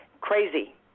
crazy